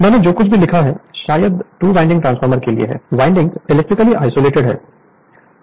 मैंने जो कुछ लिखा है शायद टू वाइंडिंग ट्रांसफार्मर के लिए है वाइंडिंग इलेक्ट्रिकली आइसोलेटेड हैं